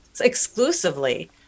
exclusively